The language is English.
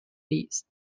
these